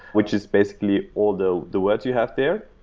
which is basically all the the words you have there.